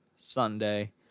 Sunday